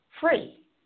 free